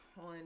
on